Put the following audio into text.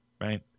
Right